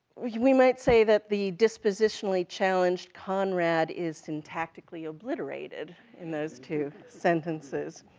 we might say that the dispositionally challenged conrad is syntactically obliterated in those two sentences.